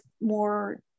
more